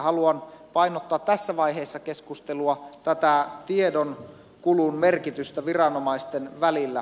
haluan painottaa tässä vaiheessa keskustelua tätä tiedonkulun merkitystä viranomaisten välillä